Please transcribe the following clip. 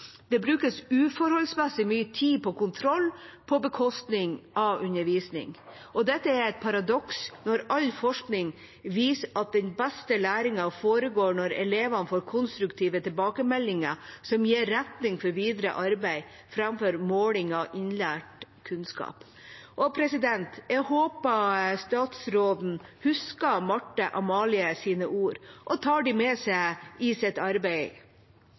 Det brukes uforholdsmessig mye tid på kontroll på bekostning av undervisning. Dette er et paradoks når all forskning viser at den beste læringen foregår når elevene får konstruktive tilbakemeldinger som gir retning for videre arbeid, framfor måling av innlært kunnskap. Jeg håper statsråden husker Marthe-Amalies ord og tar dem med seg i sitt arbeid.